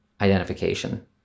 identification